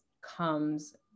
comes